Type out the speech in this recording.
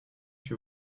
que